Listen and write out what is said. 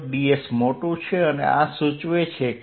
ds મોટું છે અને આ સૂચવે છે કે